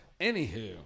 Anywho